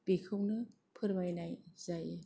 बेखौनो फोरमायनाय जायो